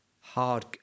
hard